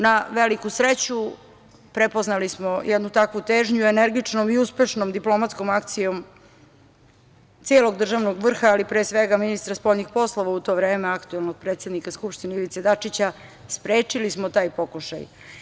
Na veliku sreću, prepoznali smo jednu takvu težnju i energičnom i uspešnom diplomatskom akcijom celog državnog vrha, ali pre svega ministra spoljnih poslova u to vreme, aktuelnog predsednika Skupštine, Ivice Dačića, sprečili smo taj pokušaj.